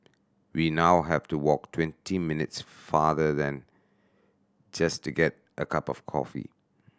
we now have to walk twenty minutes farther than just get a cup of coffee